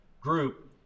group